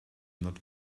not